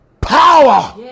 power